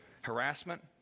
harassment